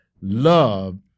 love